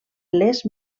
les